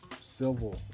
civil